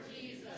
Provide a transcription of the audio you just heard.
Jesus